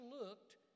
looked